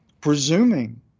presuming